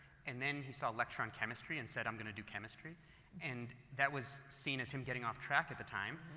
and then he saw electron chemistry and said, i'm going to do chemistry and that was seen as him getting off track at the time,